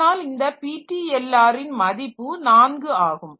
அதனால் இந்த PTLR ன் மதிப்பு 4 ஆகும்